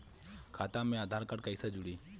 खाता मे आधार कार्ड कईसे जुड़ि?